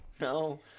no